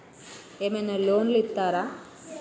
ఏమైనా లోన్లు ఇత్తరా?